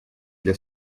для